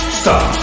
stop